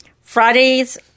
Fridays